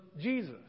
Jesus